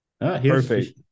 Perfect